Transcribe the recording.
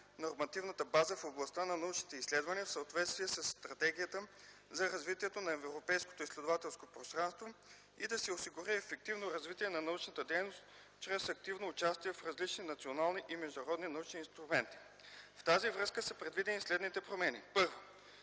нормативната база в областта на научните изследвания в съответствие със Стратегията за развитие на Европейското изследователско пространство и да се осигури ефективно развитие на научната дейност чрез активно участие в различни национални и международни научни инструменти. В тази връзка са предвидени следните промени: Първо,